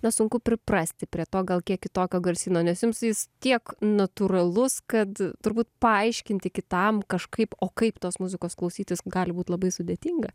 nesunku priprasti prie to gal kiek kitokio garsyno nesiims jis tiek natūralus kad turbūt paaiškinti kitam kažkaip o kaip tos muzikos klausytis gali būti labai sudėtinga